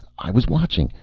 i was watching.